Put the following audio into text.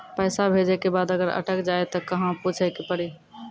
पैसा भेजै के बाद अगर अटक जाए ता कहां पूछे के पड़ी?